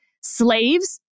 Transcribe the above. slaves